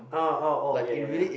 uh oh oh ya ya ya